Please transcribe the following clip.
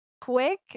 quick